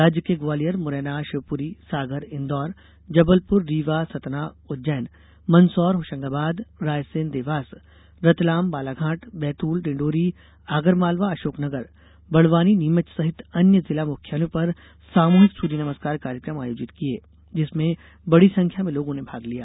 राज्य के ग्वालियर मुरैना शिवपुरी सागर इंदौर जबलपुर रीवा सतना उज्जैन मंदसौर होशंगाबाद रायसेन देवास रतलाम बालाघाट बैतूल डिण्डौरी आगरमालवा अषोकनगर बडवानीनीमच सहित अन्य जिला मुख्यालयों पर सामूहिक सूर्य नमस्कार कार्यक्रम आयोजित किये गये जिसमें बड़ी संख्या में लोगों ने भाग लिया